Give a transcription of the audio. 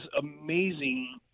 amazing